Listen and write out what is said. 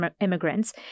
immigrants